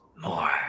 more